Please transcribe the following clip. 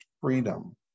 freedom